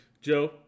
Joe